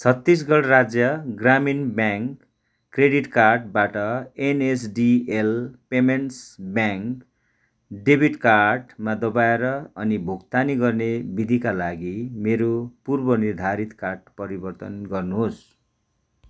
छत्तिसगढ राज्य ग्रामीण bank credit कार्डबाट एनएसडिएल पेमेन्ट्स ब्याङ्क डेबिट कार्डमा दबाएर अनि भुक्तानी गर्ने विधिका लागि मेरो पूर्वनिर्धारित कार्ड परिवर्तन गर्नुहोस्